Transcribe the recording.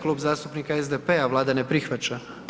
Klub zastupnika SDP-a, Vlada ne prihvaća.